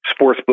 sportsbook